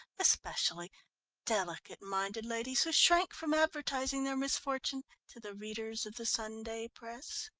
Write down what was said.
especially delicate-minded ladies who shrank from advertising their misfortune to the readers of the sunday press.